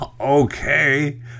Okay